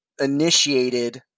initiated